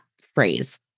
phrase